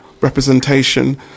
representation